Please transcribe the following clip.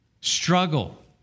struggle